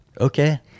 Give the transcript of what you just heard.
Okay